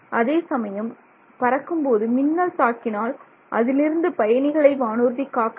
அதேசமயம் பறக்கும்போது மின்னல் தாக்கினால் அதிலிருந்து பயணிகளை வானூர்தி காக்கவேண்டும்